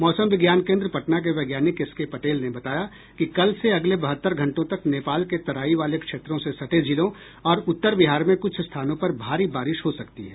मौसम विज्ञान केन्द्र पटना के वैज्ञानिक एसके पटेल ने बताया कि कल से अगले बहत्तर घंटों तक नेपाल के तराई वाले क्षेत्रों से सटे जिलों और उत्तर बिहार में कुछ स्थानों पर भारी बारिश हो सकती है